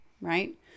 right